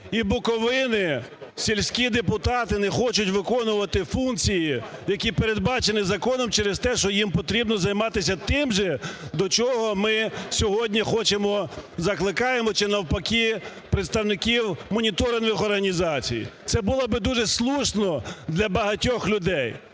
і Буковини сільські депутати не хочуть виконувати функції, які передбачені законом через те, що їм потрібно займатися тим же, до чого ми сьогодні хочемо, закликаємо чи, навпаки, представників моніторингових організацій. Це було б дуже слушно для багатьох людей.